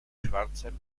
schwarzen